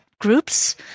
groups